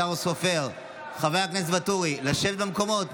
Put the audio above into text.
השר סופר, חבר הכנסת ואטורי, לשבת במקומות.